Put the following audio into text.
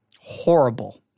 horrible